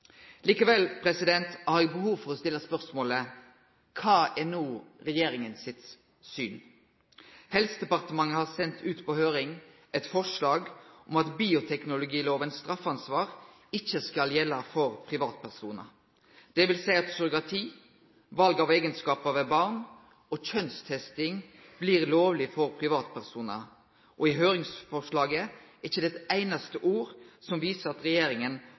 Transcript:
Likevel har eg behov for å stille spørsmålet: Kva er no regjeringa sitt syn? Helsedepartementet har sendt ut på høyring eit forslag om at bioteknologilovas straffansvar ikkje skal gjelde for privatpersonar. Det vil seie at surrogati, val av eigenskapar ved barn og kjønnstesting blir lovleg for privatpersonar. I høyringsforslaget er det ikkje eit einaste ord som viser at regjeringa